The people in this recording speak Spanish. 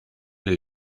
del